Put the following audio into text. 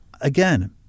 again